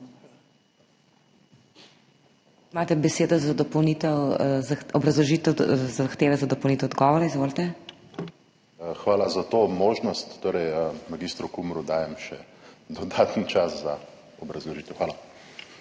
Hvala za to možnost. Mag. Kumru dajem še dodaten čas za obrazložitev. Hvala.